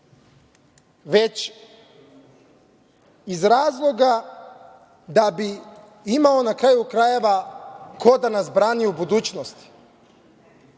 već iz razloga da bi imao, na kraju krajeva, ko da nas brani u budućnosti. Ovde